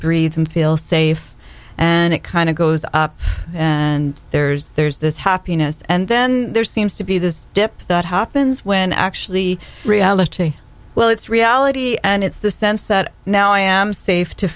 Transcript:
breathe them feel safe and it kind of goes up and there's there's this happiness and then there's seems to be this dip that happens when actually reality well it's reality and it's the sense that now i am safe to